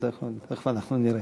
תכף אנחנו נראה.